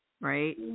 right